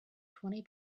twenty